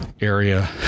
area